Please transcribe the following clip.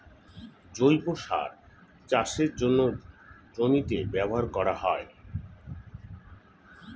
জৈব সার চাষের জন্যে জমিতে ব্যবহার করা হয়